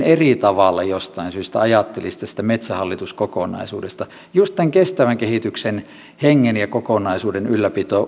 eri tavalla jostain syystä ajattelisi tästä metsähallitus kokonaisuudesta uskon että eduskunnan pienistä voimasuhdevaihteluista huolimatta just tämän kestävän kehityksen hengen ja kokonaisuuden ylläpito